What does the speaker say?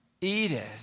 Edith